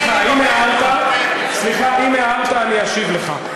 אם הערת אני אשיב לך: